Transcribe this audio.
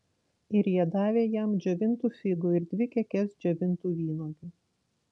ir jie davė jam džiovintų figų ir dvi kekes džiovintų vynuogių